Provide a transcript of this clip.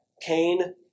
Cain